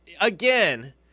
again